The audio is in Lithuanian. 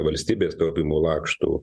valstybės taupymų lakštų